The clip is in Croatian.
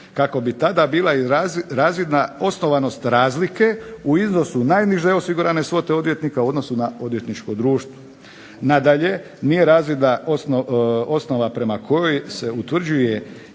kako bi tada bila razvidna osnovanost razlike u iznosu najniže osigurane svote odvjetnika u odnosu na odvjetničko društvo. Nadalje, nije razvidna osnova prema kojoj se utvrđuje